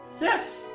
Yes